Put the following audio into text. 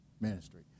ministry